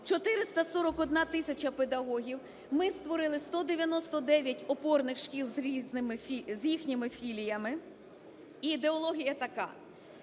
441 тисяча педагогів. Ми створили 199 опорних шкіл з різними… з їхніми філіями. І ідеологія така: